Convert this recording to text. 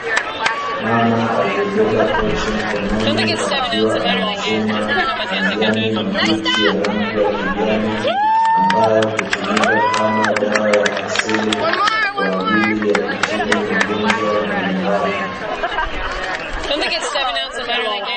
Mama aliyebeba pochi mkononi akiwa anachuma majani mabichi ya rangi ya kijani, ambayo hutumika kama dawa ya asili, kwa ajili ya kutibu magonjwa mbalimbali.